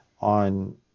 on